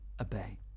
obey